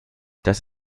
das